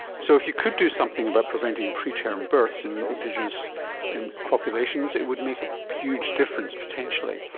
so if you could do something about preventing preterm births in indigenous and populations it would make a huge difference potentially.